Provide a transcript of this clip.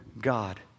God